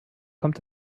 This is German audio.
kommt